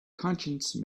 conscience